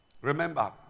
Remember